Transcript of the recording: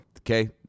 Okay